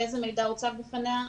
איזה מידע הוצג בפניה?